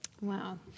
wow